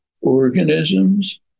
organisms